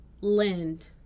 lend